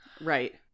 Right